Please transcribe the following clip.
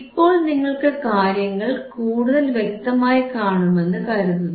ഇപ്പോൾ നിങ്ങൾക്ക് കാര്യങ്ങൾ കൂടുതൽ വ്യക്തമായിക്കാണുമെന്ന് കരുതുന്നു